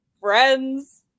friends